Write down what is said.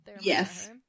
yes